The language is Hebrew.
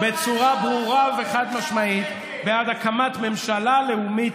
בצורה ברורה וחד-משמעית בעד הקמת ממשלה לאומית,